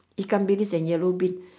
ikan-bilis and yellow bean